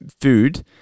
food